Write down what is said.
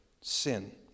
sin